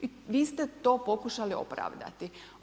I vi ste to pokušali opravdati.